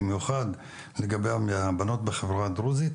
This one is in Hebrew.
במיוחד לגבי הבנות בחברה הדרוזית,